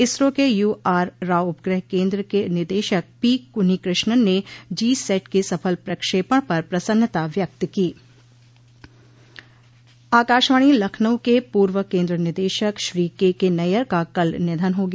इसरो के यू आर राव उपग्रह केंद्र के निदेशक पी कून्हिकृष्णन ने जी सेट के सफल प्रक्षेपण पर प्रसन्नता व्यक्त को आकाशवाणी लखनऊ के पूर्व केन्द्र निदेशक श्री के के नैय्यर का कल निधन हो गया